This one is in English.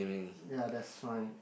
ya that's why